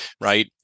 right